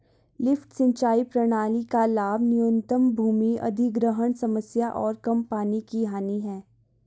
lift सिंचाई प्रणाली का लाभ न्यूनतम भूमि अधिग्रहण समस्या और कम पानी की हानि है